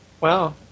Wow